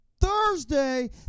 Thursday